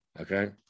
Okay